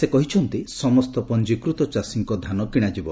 ସେ କହିଛନ୍ତି ସମସ୍ତ ପଞ୍ଞିକୃତ ଚାଷୀଙ୍କ ଧାନ କିଶାଯିବ